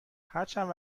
هرچند